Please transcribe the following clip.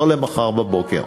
לא למחר בבוקר.